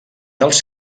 dels